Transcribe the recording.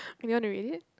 you want to read it